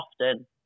often